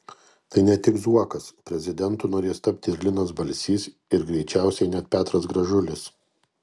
tai ne tik zuokas prezidentu norės tapti ir linas balsys ir greičiausiai net petras gražulis